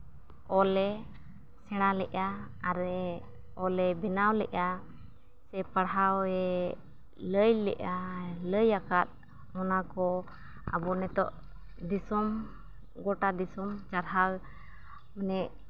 ᱚᱞᱮ ᱥᱮᱬᱟ ᱞᱮᱫᱼᱟ ᱟᱨᱮ ᱚᱞᱮ ᱵᱮᱱᱟᱣ ᱞᱮᱫᱼᱟ ᱥᱮ ᱯᱟᱲᱦᱟᱣᱮ ᱞᱟᱹᱭ ᱞᱮᱫᱼᱟ ᱟᱨ ᱞᱟᱹᱭ ᱟᱠᱟᱫ ᱵᱚᱱᱟ ᱠᱚ ᱟᱵᱚ ᱱᱤᱛᱚᱜ ᱫᱤᱥᱚᱢ ᱜᱚᱴᱟ ᱫᱤᱥᱚᱢ ᱪᱟᱨᱦᱟᱣ ᱢᱟᱱᱮ